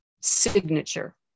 signature